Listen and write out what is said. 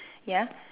ya